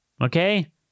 Okay